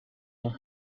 ans